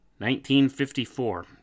1954